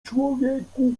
człowieku